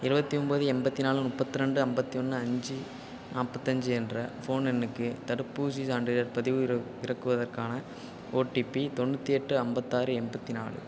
எழுவத்தி ஒன்பது எண்பத்தி நாலு முப்பத்தி ரெண்டு ஐம்பத்தி ஒன்று அஞ்சு நாற்பத்தஞ்சி என்ற ஃபோன் எண்ணுக்கு தடுப்பூசிச் சான்றிதழ் பதிவிறவிறக்குவதற்கான ஓடிபி தொண்ணூற்றி எட்டு ஐம்பத்தாறு எண்பத்தி நாலு